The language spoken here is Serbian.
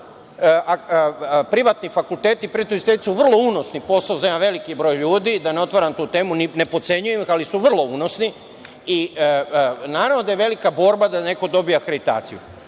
Privatni fakulteti prejudiciraju vrlo unosni posao za jedan veliki broj ljudi, da ne otvaram tu temu, ne potcenjujem ih ali su vrlo unosni i naravno da je velika borba da neko dobije akreditaciju. Sada